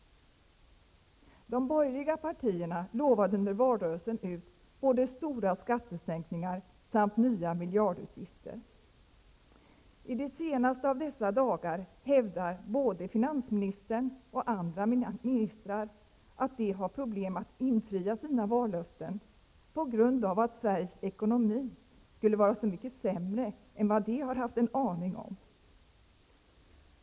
De borgerliga partierna lovade under valrörelsen ut både stora skattesänkningar och nya miljardutgifter. I de senaste av dessa dagar hävdar både finansministern och andra ministrar att de har problem att infria sina vallöften på grund av att Sveriges ekonomi skulle vara så mycket sämre än vad de har haft en aning om.